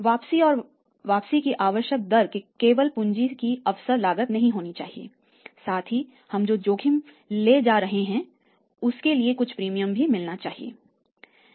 वापसी और वापसी की आवश्यक दर केवल पूँजी की अवसर लागत नहीं होनी चाहिए साथ ही हम जो जोखिम लेने जा रहे हैं उसके लिए कुछ प्रीमियम भी मिलना चाहिए